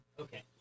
okay